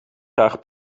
graag